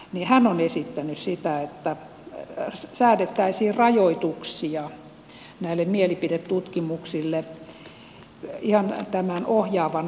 ja hän oli sitä myös suomessa että säädettäisiin rajoituksia näille mielipidetutkimuksille ihan tämän ohjaavan vaikutuksen takia